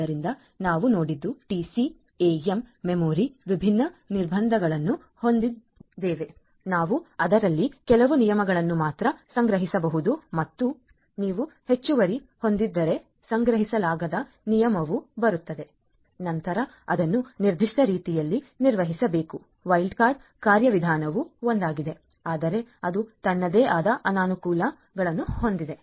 ಆದ್ದರಿಂದ ನಾವು ನೋಡಿದ್ದು TCAM ಮೆಮೊರಿ ವಿಭಿನ್ನ ನಿರ್ಬಂಧಗಳನ್ನು ಹೊಂದಿದ್ದೇವೆ ನಾವು ಅದರಲ್ಲಿ ಕೆಲವು ನಿಯಮಗಳನ್ನು ಮಾತ್ರ ಸಂಗ್ರಹಿಸಬಹುದು ಮತ್ತು ನೀವು ಹೆಚ್ಚುವರಿ ಹೊಂದಿದ್ದರೆ ಸಂಗ್ರಹಿಸಲಾಗದ ನಿಯಮವು ಬರುತ್ತದೆ ನಂತರ ಅದನ್ನು ನಿರ್ದಿಷ್ಟ ರೀತಿಯಲ್ಲಿ ನಿರ್ವಹಿಸಬೇಕು ವೈಲ್ಡ್ ಕಾರ್ಡ್ ಕಾರ್ಯವಿಧಾನವು ಒಂದಾಗಿದೆ ಆದರೆ ಅದು ತನ್ನದೇ ಆದ ಅನಾನುಕೂಲಗಳನ್ನು ಹೊಂದಿದೆ